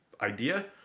idea